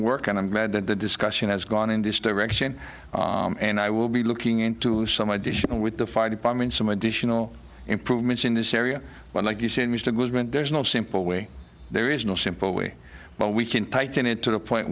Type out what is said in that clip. work and i'm glad that the discussion has gone in this direction and i will be looking into some additional with the fire department some additional improvements in this area but like you said mr goodman there's no simple way there is no simple way but we can tighten it to the point